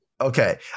Okay